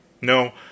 No